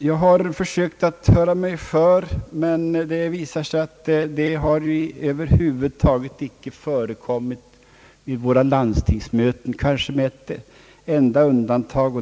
Jag har försökt höra mig för om detta, men det visar sig att frågan över huvud taget inte har förekommit vid våra landstingsmöten, kanske med ett enda undantag.